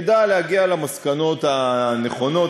ידע להגיע למסקנות הנכונות.